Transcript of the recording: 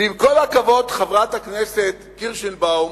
ועם כל הכבוד, חברת הכנסת קירשנבאום,